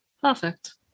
Perfect